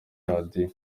radiyo